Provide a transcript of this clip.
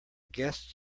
guests